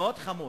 מאוד חמור,